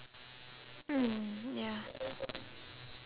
mm ya